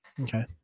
Okay